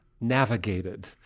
navigated